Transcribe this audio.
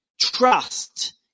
trust